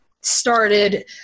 started